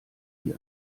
wie